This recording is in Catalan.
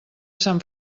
sant